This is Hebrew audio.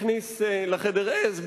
הכניס לחדר עז,